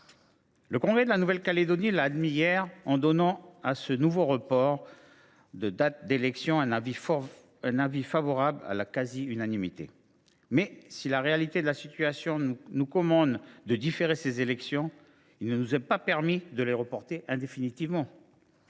Le congrès de la Nouvelle Calédonie a admis cette impossibilité, hier, en donnant à ce nouveau report de date d’élections un avis favorable à la quasi unanimité. Mais si la réalité de la situation nous commande de différer ces élections, il ne nous est pas permis de les reporter indéfiniment.